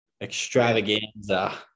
extravaganza